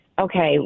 okay